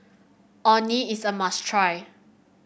Orh Nee is a must try